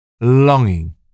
Longing